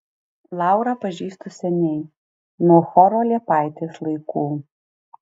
laurą pažįstu seniai nuo choro liepaitės laikų